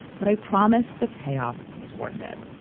but i promise the payoff is worth it.